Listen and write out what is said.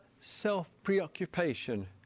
self-preoccupation